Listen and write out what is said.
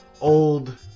old